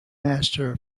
master